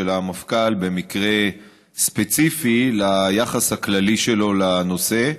המפכ"ל במקרה ספציפי על היחס הכללי שלו לנושא.